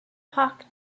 hoc